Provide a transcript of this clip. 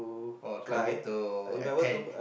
oh can't wait to attend